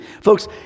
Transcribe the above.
Folks